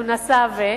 כי הוא נעשה עבה,